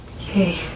Okay